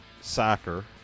soccer